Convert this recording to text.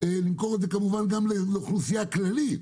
למכור את זה כמובן גם לאוכלוסייה הכללית.